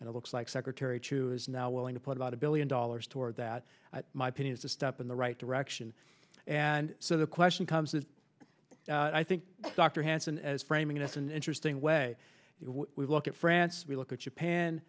and it looks like secretary chu is now willing to put about a billion dollars toward that my opinion is to step in the right direction and so the question comes to i think dr hansen as framing it as an interesting way we look at france we look at japan